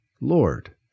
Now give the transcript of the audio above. Lord